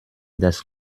das